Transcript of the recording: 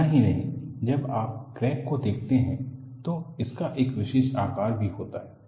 इतना ही नहीं जब आप क्रैक को देखते हैं तो इसका एक विशेष आकार भी होता है